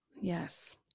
Yes